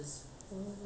mm okay